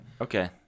Okay